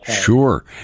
sure